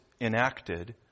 enacted